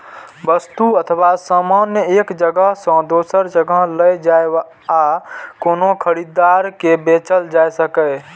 वस्तु अथवा सामान एक जगह सं दोसर जगह लए जाए आ कोनो खरीदार के बेचल जा सकै